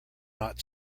not